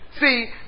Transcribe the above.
See